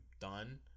done